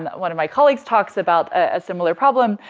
and one of my colleagues talks about a similar problem.